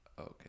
Okay